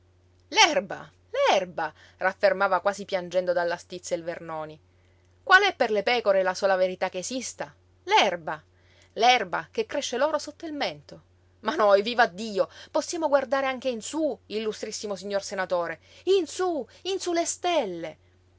capisco l'erba l'erba raffermava quasi piangendo dalla stizza il vernoni qual è per le pecore la sola verità che esista l'erba l'erba che cresce loro sotto il mento ma noi vivaddio possiamo guardare anche in sú illustrissimo signor senatore in sú in sú le stelle